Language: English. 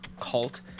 cult